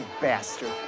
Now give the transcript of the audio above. bastard